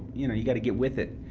you know you gotta get with it.